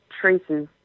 traces